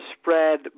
spread